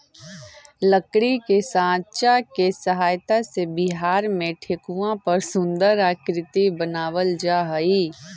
लकड़ी के साँचा के सहायता से बिहार में ठेकुआ पर सुन्दर आकृति बनावल जा हइ